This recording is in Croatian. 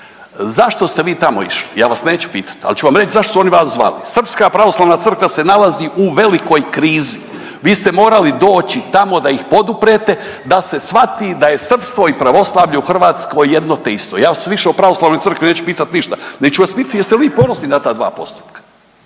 Zašto ste vi tamo išli, ja vas neću pitati, ali ću vam reći zašto su oni vas zvali. Srpska pravoslavna crkva se nalazi u velikoj krizi. Vi ste morali doći tamo da ih poduprete da se shvati da je srpstvo i pravoslavlje u Hrvatskoj jedno te isto. Ja vas više o pravoslavnoj crkvi neću pitati ništa nego ću vas pitati nego ću vas pitati jeste li vi ponosni na ta dva postupka.